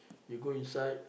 you go inside